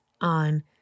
on